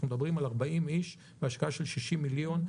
מדברים על 40 איש בהשקעה של 60 מיליון.